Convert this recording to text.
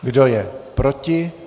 Kdo je proti?